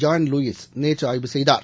John Lewis நேற்றுஆய்வு செய்தார்